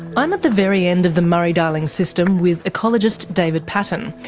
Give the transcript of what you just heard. i'm at the very end of the murray-darling system, with ecologist david paton.